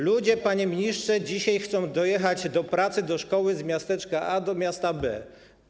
Ludzie, panie ministrze, dzisiaj chcą dojechać do pracy, do szkoły z miasteczka A do miasta B.